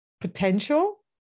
potential